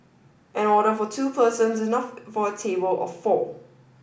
an order for two person is enough for a table of four